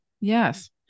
Yes